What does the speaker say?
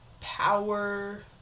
power